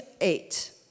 eight